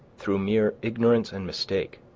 through mere ignorance and mistake,